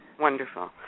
Wonderful